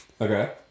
Okay